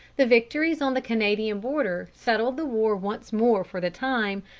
the victories on the canadian border settled the war once more for the time,